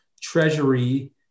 treasury